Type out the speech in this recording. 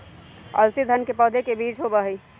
अलसी सन के पौधे के बीज होबा हई